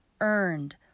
earned